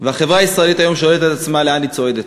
והחברה הישראלית היום שואלת את עצמה לאן היא צועדת.